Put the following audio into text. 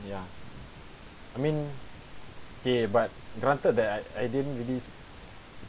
ya I mean K but granted that I I didn't release